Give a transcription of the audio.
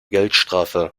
geldstrafe